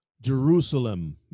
Jerusalem